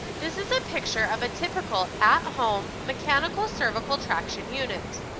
this is a picture of a typical at home mechanical cervical traction unit.